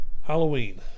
Halloween